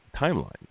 timeline